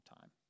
time